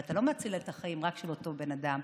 אבל אתה לא מציל את החיים רק של אותו בן אדם,